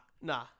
Nah